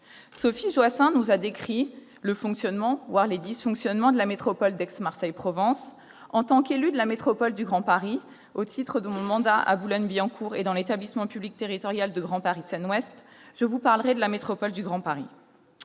Sophie Joissains nous a décrit le fonctionnement, voire les dysfonctionnements, de la métropole d'Aix-Marseille-Provence. En tant qu'élue de la métropole du Grand Paris au titre de mon mandat à Boulogne-Billancourt et dans l'établissement public territorial Grand Paris Seine Ouest, je vous parlerai de la métropole du Grand Paris.